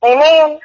Amen